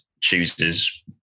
chooses